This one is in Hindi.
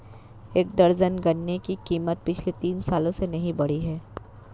एक दर्जन गन्ने की कीमत पिछले तीन सालों से नही बढ़ी है